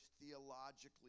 theologically